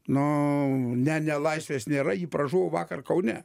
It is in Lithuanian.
nu ne nelaisvės nėra ji pražuvo vakar kaune